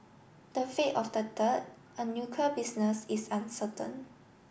the fate of the third a nuclear business is uncertain